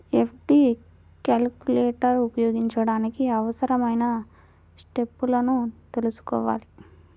FD calculator ఉపయోగించడానికి అవసరమైన స్టెప్పులను తెల్సుకోవాలి